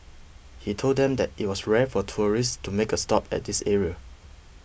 he told them that it was rare for tourists to make a stop at this area